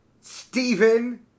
Stephen